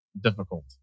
difficult